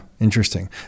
Interesting